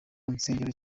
nsengero